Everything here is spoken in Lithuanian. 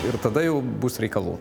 ir tada jau bus reikalų